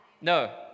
No